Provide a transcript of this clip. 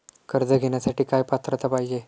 कर्ज घेण्यासाठी काय पात्रता पाहिजे?